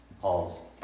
Paul's